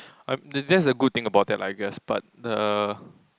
um that that's a good thing about that I guess but the